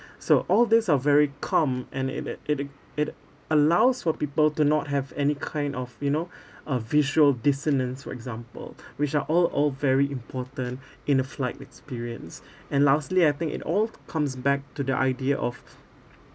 so all these are very calm and it it it it it it allows for people to not have any kind of you know uh visual dissonance for example which are all all very important in a flight experience and lastly I think it all comes back to the idea of